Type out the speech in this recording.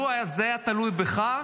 לו זה היה תלוי בך,